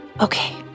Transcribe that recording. Okay